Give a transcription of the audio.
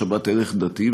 יש לשבת ערך דתי,